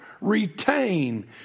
retain